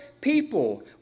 People